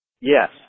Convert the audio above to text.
Yes